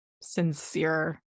sincere